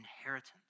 inheritance